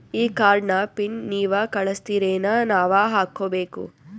ಈ ಕಾರ್ಡ್ ನ ಪಿನ್ ನೀವ ಕಳಸ್ತಿರೇನ ನಾವಾ ಹಾಕ್ಕೊ ಬೇಕು?